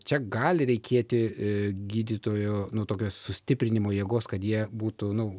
čia gali reikėti gydytojo nu tokios sustiprinimo jėgos kad jie būtų nu